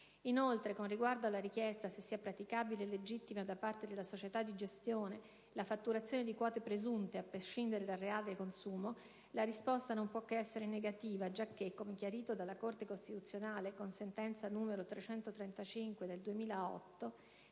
Inoltre, con riguardo alla richiesta se sia praticabile e legittima da parte delle società di gestione la fatturazione di quote presunte a prescindere dal reale consumo, la risposta non può che essere negativa, giacché, come chiarito dalla Corte costituzionale con sentenza n. 335 del 2008,